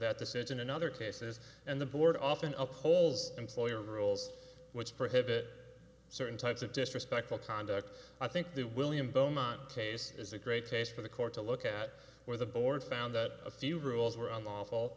that decision in other cases and the board often up holes employer rules which prohibit certain types of disrespectful conduct i think the william bowman case is a great case for the court to look at where the board found that a few rules were